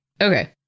Okay